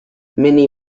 many